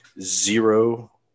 zero